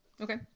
Okay